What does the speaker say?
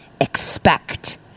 expect